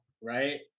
right